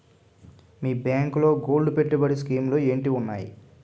మీ బ్యాంకులో గోల్డ్ పెట్టుబడి స్కీం లు ఏంటి వున్నాయి?